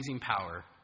power